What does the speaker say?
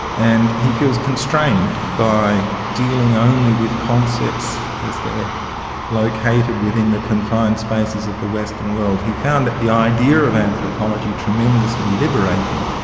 and he feels constrained by dealing only with concepts as they're located within the confined spaces of the western world. he found the idea of anthropology tremendously liberating,